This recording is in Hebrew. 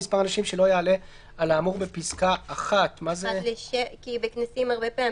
מספר אנשים שלא יעלה על יחס של אדם לכל 15 מטרים רבועים משטח